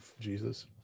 Jesus